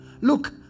look